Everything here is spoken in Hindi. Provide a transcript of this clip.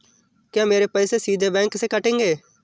क्या मेरे पैसे सीधे बैंक से कटेंगे?